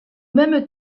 même